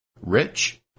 Rich